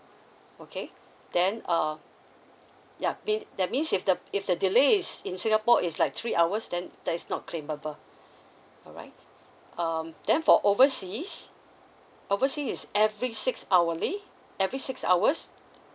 okay then uh yup mea~ that means if the if the delay is in singapore is like three hours then that's not claimable alright um then for overseas oversea is every six hourly every six hours